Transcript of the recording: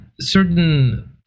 certain